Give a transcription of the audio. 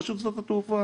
רשות שדות התעופה,